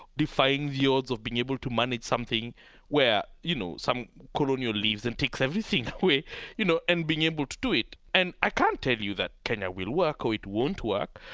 defying the odds of being able to manage something where, you know, some colonial leaves and takes everything away you know and being able to do it. and i can't tell you that kenya will work or it won't work,